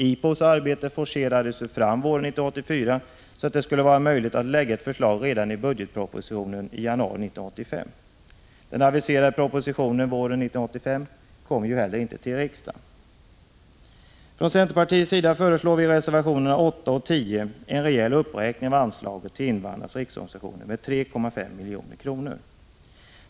IPOK:s arbete forcerades ju fram våren 1984, så att det skulle vara möjligt att lägga fram ett förslag redan i budgetpropositionen i januari 1985. Den till våren 1985 aviserade propositionen kom inte heller till riksdagen. Från centerpartiets sida föreslår vi i reservationerna 8 och 10 en rejäl uppräkning av anslaget till invandrarnas riksorganisationer med 3,5 milj.kr.